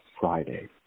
Friday